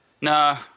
No